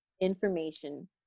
information